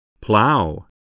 Plow